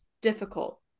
difficult